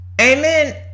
amen